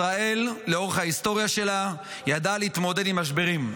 ישראל לאורך ההיסטוריה שלה ידעה להתמודד עם משברים,